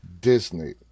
Disney